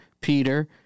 peter